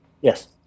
Yes